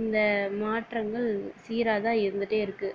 இந்த மாற்றங்கள் சீராக தான் இருந்துகிட்டே இருக்குது